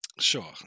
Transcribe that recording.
Sure